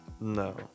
No